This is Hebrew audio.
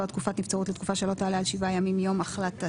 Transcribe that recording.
תקופת נבצרות לתקופה שלא תעלה על שבעה ימים מיום החלטתה.